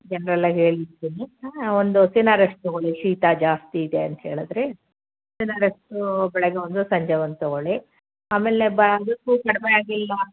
ಜನ್ರಲ್ಲಾಗಿ ಹೇಳಿರ್ತೀನಿ ಒಂದು ಸಿನಾರೆಸ್ಟ್ ತಗೊಳ್ಳಿ ಶೀತ ಜಾಸ್ತಿ ಇದೆ ಅಂತ ಹೇಳಿದರೆ ಸಿನಾರೆಸ್ಟು ಬೆಳಿಗ್ಗೆ ಒಂದು ಸಂಜೆ ಒಂದು ತಗೊಳ್ಳಿ ಆಮೇಲೆ ಬ ಅದಕ್ಕೂ ಕಡಿಮೆ ಆಗಿಲ್ಲ